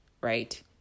right